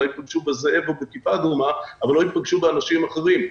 אולי יפגשו בזאב או בכיפה אדומה אבל לא יפגשו באנשים אחרים.